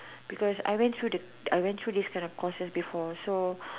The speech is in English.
because I went through the I went through these kind of courses before so